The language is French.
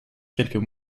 quelques